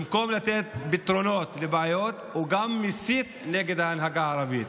ובמקום לתת פתרונות לבעיות הוא גם מסית נגד ההנהגה הערבית,